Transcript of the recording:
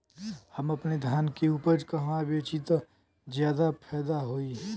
हम अपने धान के उपज कहवा बेंचि त ज्यादा फैदा होई?